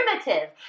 primitive